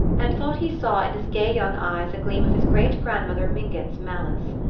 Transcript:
and thought he saw in his gay young eyes a gleam of his great-grandmother mingott's malice.